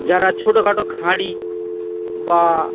যারা ছোটোখাটো খাঁড়ি বা